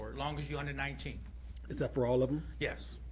long as you're under nineteen. is that for all of them? yes.